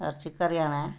ഇറച്ചികറിയാണേ